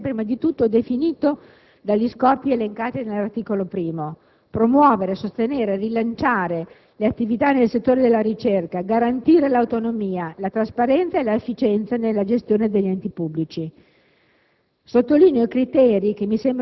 La delega al Governo ha un limite prima di tutto definito dagli scopi elencati nell'articolo 1: promuovere, sostenere, rilanciare le attività nel settore della ricerca, garantire l'autonomia, la trasparenza e l'efficienza nella gestione degli enti pubblici.